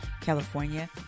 California